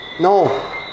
No